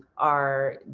are,